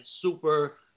super